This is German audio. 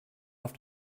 auf